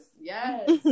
yes